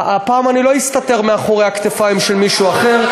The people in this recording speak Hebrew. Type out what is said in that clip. הפעם אני לא אסתתר מאחורי הכתפיים של מישהו אחר,